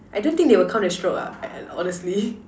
I don't think they will count the stroke lah honestly